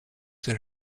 their